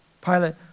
Pilate